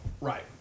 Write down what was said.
Right